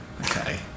Okay